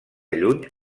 lluny